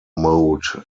mode